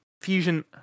fusion